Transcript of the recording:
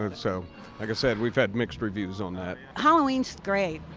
and so, like i said, we've had mixed reviews on that. halloweens great.